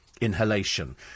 inhalation